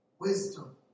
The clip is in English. wisdom